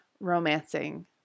romancing